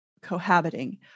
cohabiting